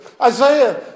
Isaiah